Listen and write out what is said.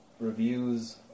reviews